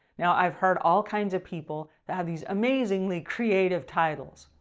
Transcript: now i've heard all kinds of people that have these amazingly creative titles.